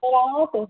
तिराहा पर